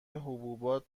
حبوبات